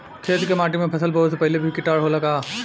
खेत के माटी मे फसल बोवे से पहिले भी किटाणु होला का?